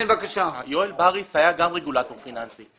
יואל בריס היה גם רגולטור פיננסי.